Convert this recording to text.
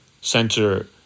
center